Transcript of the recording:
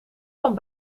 van